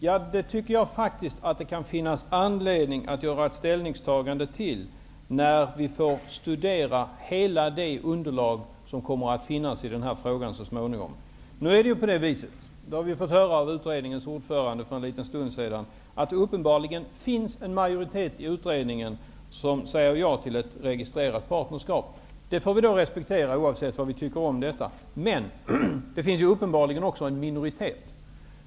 Jag tycker att det kan finnas anledning att ta ställning till det när vi kan studera hela det underlag som så småningom kommer att finnas i den här frågan. Nu är det ju så, som vi har fått höra av utredningens ordförande, att det uppenbarligen finns en majoritet i utredningen som säger ja till ett registrerat partnerskap. Det får vi respektera oavsett vad vi tycker om det. Men det finns uppenbarligen också en minoritet.